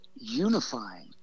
unifying